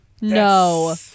no